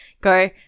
go